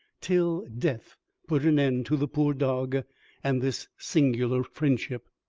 till death put an end to the poor dog and this singular friendship.